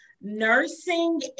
nursing